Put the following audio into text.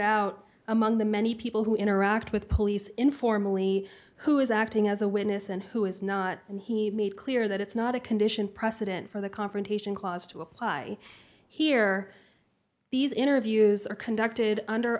out among the many people who interact with police informally who is acting as a witness and who is not and he made clear that it's not a condition precedent for the confrontation clause to apply here these interviews are conducted under